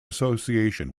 association